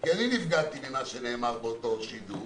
כי אני נפגעתי ממה שנאמר באותו שידור